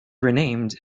renamed